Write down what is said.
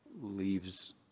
leaves